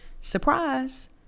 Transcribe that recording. Surprise